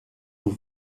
vous